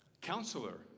counselor